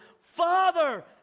Father